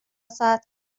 ساعت